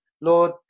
Lord